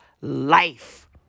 life